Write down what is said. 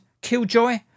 Killjoy